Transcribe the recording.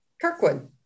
Kirkwood